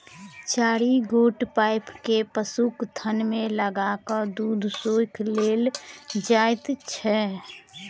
चारि गोट पाइप के पशुक थन मे लगा क दूध सोइख लेल जाइत छै